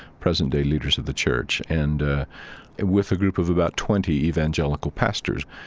present-day leaders of the church, and with a group of about twenty evangelical pastors.